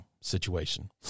situation